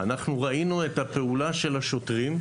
אנחנו ראינו את הפעולה של השוטרים,